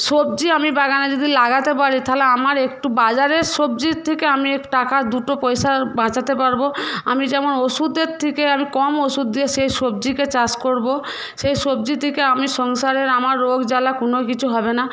সবজি আমি বাগানে যদি লাগাতে পারি তাহলে আমার একটু বাজারের সবজির থেকে আমি টাকা দুটো পয়সা বাঁচাতে পারব আমি যেমন ওষুধের থেকে আমি কম ওষুধ দিয়ে সেই সবজিকে চাষ করব সেই সবজি থেকে আমি সংসারের আমার রোগজ্বালা কোনও কিছু হবে না